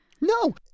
No